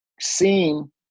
seen